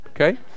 Okay